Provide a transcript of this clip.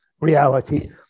reality